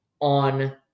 on